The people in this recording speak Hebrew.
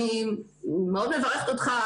אני מאוד מברכת אותך,